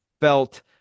felt